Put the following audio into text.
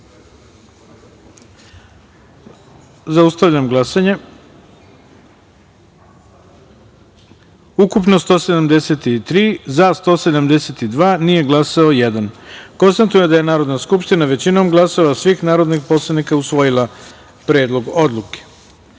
taster. Zaustavljam glasanje: ukupno - 173, za – 172, nije glasao jedan. Konstatujem da je Narodna skupština većinom glasova svih narodnih poslanika usvojila Predlog odluke. Tačka